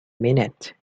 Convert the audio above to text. minute